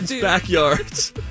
backyards